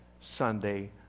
Sunday